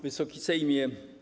Wysoki Sejmie!